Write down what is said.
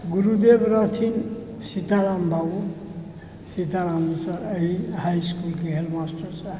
गुरुदेव रहथिन सीताराम बाबू सीताराम मिसर एहि हाइ इसकुलके हेडमास्टर साहेब